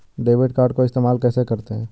Debit card को इस्तेमाल कैसे करते हैं?